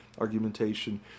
argumentation